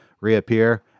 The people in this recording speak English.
reappear